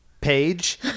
Page